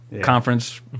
Conference